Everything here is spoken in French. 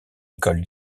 école